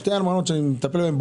שתי אלמנות שאני מטפל בהן,